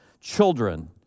children